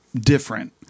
different